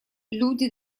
люди